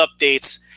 updates